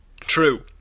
True